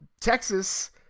Texas